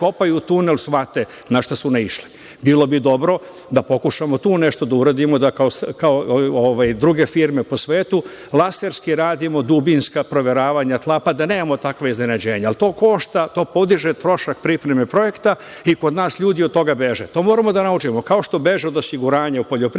zakopaju tunel shvate na šta su naišli. Bilo bi dobro da pokušamo nešto tu da uradimo kao druge firme po svetu, laserski radimo dubinska proveravanja tla, pa da nemamo takva iznenađenja, ali to košta, to podiže trošak pripreme projekta i kod nas ljudi od toga beže. To moramo da naučimo, kao što beže od osiguranja u poljoprivredi,